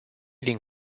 din